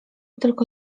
tylko